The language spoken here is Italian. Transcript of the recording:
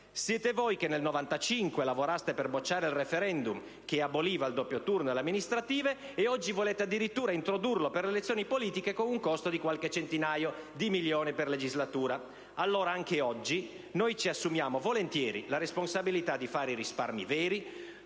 Siete voi che nel 1995 lavoraste per bocciare il *referendum* che aboliva il doppio turno alle amministrative, e oggi volete addirittura introdurlo per le elezioni politiche, con un costo di qualche centinaio di milioni per legislatura. E allora, anche oggi, noi ci assumiamo volentieri la responsabilità di fare i risparmi veri,